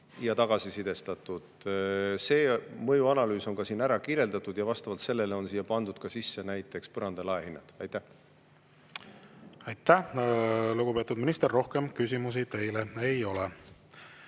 ja tagasisidestatud. Mõjuanalüüs on siin ära kirjeldatud ja vastavalt sellele on siia pandud ka sisse näiteks põranda‑ ja laehinnad. Aitäh, lugupeetud minister! Rohkem küsimusi teile ei ole.